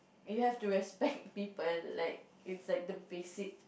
you have to respect people like it's like the basic